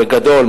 בגדול,